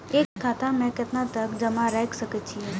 एक खाता में केतना तक जमा राईख सके छिए?